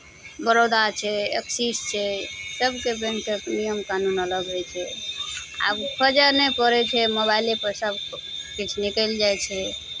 बड़ौदा छै एक्सिस छै सभके बैंकके नियम कानून अलग होइ छै आब खोजय नहि पड़ै छै मोबाइलेपर सभकिछु निकलि जाइ छै